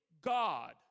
God